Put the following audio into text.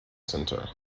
center